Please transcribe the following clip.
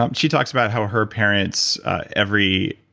um she talks about how her parents every,